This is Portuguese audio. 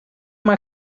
uma